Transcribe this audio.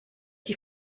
die